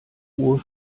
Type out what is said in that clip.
uhr